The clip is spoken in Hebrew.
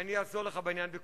ואני אעזור לך בעניין הזה,